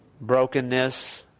brokenness